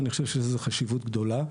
אני חושב שזה חשיבות גדולה.